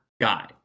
guy